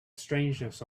strangeness